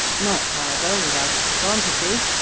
not however without its advantages,